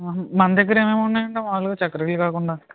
మన దగ్గర ఏమేమి ఉన్నాయండి మాములుగా చక్రకేళి కాకుండా